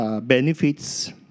benefits